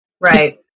right